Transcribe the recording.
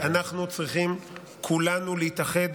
אנחנו צריכים כולנו להתאחד